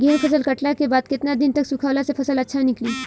गेंहू फसल कटला के बाद केतना दिन तक सुखावला से फसल अच्छा निकली?